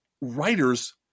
writers